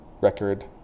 record